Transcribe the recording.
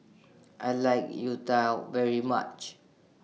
I like Youtiao very much